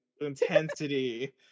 Intensity